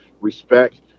respect